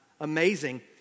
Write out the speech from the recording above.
Amazing